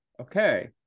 Okay